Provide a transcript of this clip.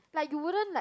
like you wouldn't like